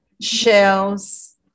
shells